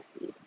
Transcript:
see